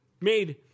made